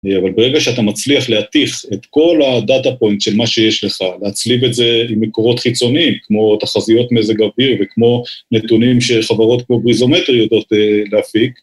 אבל ברגע שאתה מצליח להתיך את כל הדאטה פוינט של מה שיש לך, להצליב את זה עם מקורות חיצוניים, כמו תחזיות מזג אוויר, וכמו נתונים של חברות כמו בריזומטר יודעות להפיק,